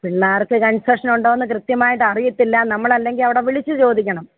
പിള്ളേർക്ക് കണ്സെഷൻ ഉണ്ടോന്ന് കൃത്യമായിട്ട് അറിയത്തില്ല നമ്മളല്ലെങ്കിൽ അവിടെ വിളിച്ച് ചോദിക്കണം